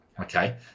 okay